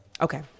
Okay